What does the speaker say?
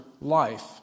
life